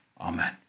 Amen